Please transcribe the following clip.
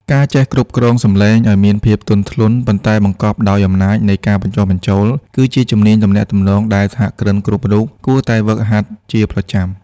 ការចេះគ្រប់គ្រងសម្លេងឱ្យមានភាពទន់ភ្លន់ ប៉ុន្តែបង្កប់ដោយអំណាចនៃការបញ្ចុះបញ្ចូល គឺជាជំនាញទំនាក់ទំនងដែលសហគ្រិនគ្រប់រូបគួរតែហ្វឹកហាត់ជាប្រចាំ។